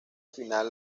final